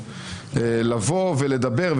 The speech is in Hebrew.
לבוא ולדבר,